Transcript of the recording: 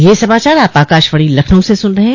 ब्रे क यह समाचार आप आकाशवाणी लखनऊ से सुन रहे हैं